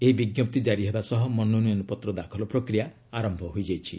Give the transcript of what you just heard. ଏହି ବିଞ୍କପ୍ତି କାରି ହେବା ସହ ମନୋନୟନପତ୍ର ଦାଖଲ ପ୍ରକ୍ରିୟା ଆରମ୍ଭ ହୋଇଯାଇଛି